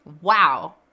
wow